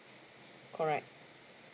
correct